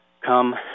come